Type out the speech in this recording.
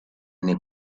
nei